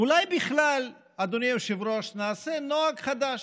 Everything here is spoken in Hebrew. אולי בכלל, אדוני היושב-ראש, נעשה נוהג חדש: